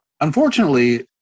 Unfortunately